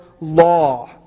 law